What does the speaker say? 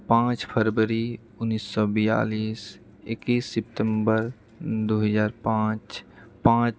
पांँच फरवरी उन्नैस सए बेआलिस एकैस सितम्बर दू हजार पांँच पांँच